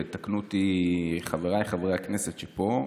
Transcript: ויתקנו אותי חבריי חברי הכנסת פה,